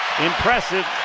Impressive